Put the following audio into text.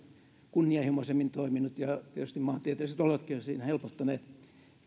kunnianhimoisemmin toiminut ja tietysti maantieteelliset olotkin ovat siinä helpottaneet